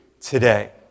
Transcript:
today